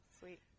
sweet